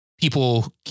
people